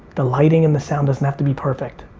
the lighting and the sound doesn't have to be perfect.